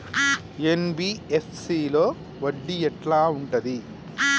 NBFC లో వడ్డీ ఎట్లా ఉంటది?